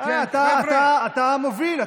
אתה המוביל.